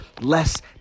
less